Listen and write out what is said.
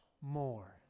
more